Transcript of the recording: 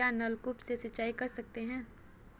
क्या नलकूप से सिंचाई कर सकते हैं?